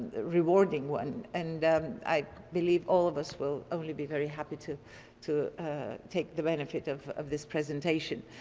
rewarding one. and i believe all of us will only be very happy to to take the benefit of of this presentation.